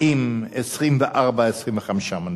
עם 24 25 מנדטים.